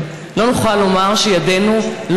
יוסי יונה, חבר הכנסת, רוצה לצרף את